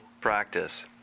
practice